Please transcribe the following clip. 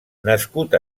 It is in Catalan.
nascut